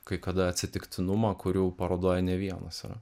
kai kada atsitiktinumą kurių parodoj ne vienas yra